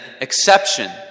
exception